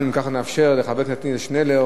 אם כך, אנחנו נאפשר לחבר הכנסת עתניאל שנלר